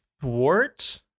thwart